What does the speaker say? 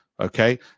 Okay